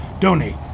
donate